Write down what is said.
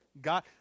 God